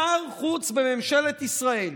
שר החוץ בממשלת ישראל,